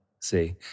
see